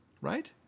right